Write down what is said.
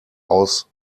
aus